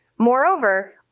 Moreover